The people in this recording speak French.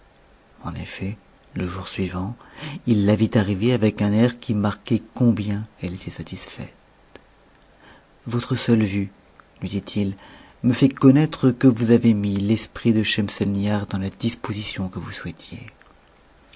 en effet le jour suivant h ta vit arriver avec un air qui marquait combien elle était satisfaite votre seule vue lui dit-il méfiait connaître que vous avez mis l'esprit de chemsetnihar dans la disposition que vous souhaitiez